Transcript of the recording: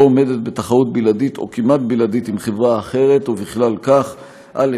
או עומדת בתחרות בלעדית (או כמעט בלעדית) עם חברה אחרת: ובכלל כך: א.